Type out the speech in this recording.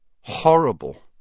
Horrible